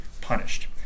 punished